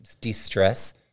de-stress